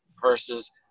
versus